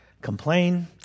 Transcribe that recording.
Complain